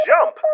Jump